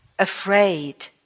afraid